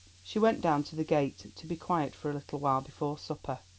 she went down to the gate to be quiet for a little while before supper.